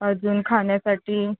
अजून खाण्यासाठी